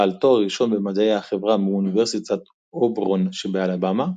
בעל תואר ראשון במדעי החברה מאוניברסיטת אובורן שבאלבמה,